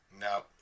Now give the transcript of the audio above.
no